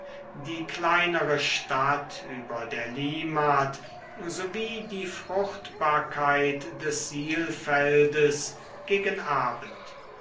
die kleinere stadt über der limmat sowie die fruchtbarkeit des sihlfeldes gegen abend